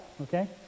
okay